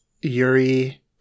Yuri